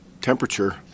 temperature